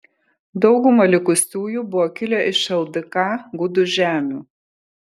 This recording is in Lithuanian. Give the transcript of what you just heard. dauguma likusiųjų buvo kilę iš ldk gudų žemių